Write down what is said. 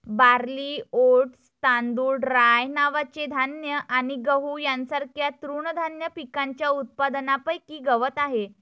barley, oats, तांदूळ, rye नावाचे धान्य आणि गहू यांसारख्या तृणधान्य पिकांच्या उत्पादनापैकी गवत आहे